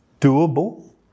doable